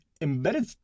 embedded